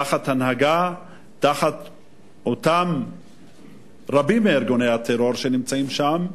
תחת הנהגה, רבים מארגוני הטרור שנמצאים שם,